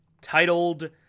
titled